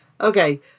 Okay